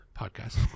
Podcast